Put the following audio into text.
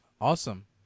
Awesome